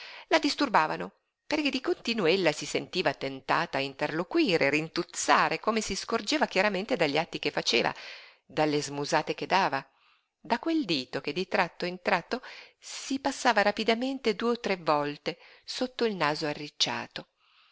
poste la disturbavano perché di continuo ella si sentiva tentata a interloquire e rintuzzare come si scorgeva chiaramente dagli atti che faceva dalle smusate che dava da quel dito che di tratto in tratto si passava rapidamente due o tre volte sotto il naso arricciato